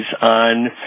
on